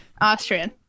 Austrian